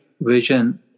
vision